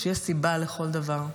שיש סיבה לכל דבר,